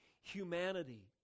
humanity